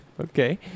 Okay